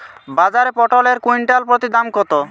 বাজারে পটল এর কুইন্টাল প্রতি দাম কত?